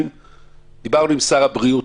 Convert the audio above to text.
דיברנו עם שר הבריאות,